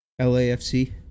LAFC